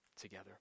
together